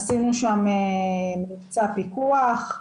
עשינו שם קצת פיקוח.